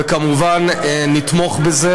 וכמובן נתמוך בזה.